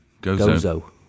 Gozo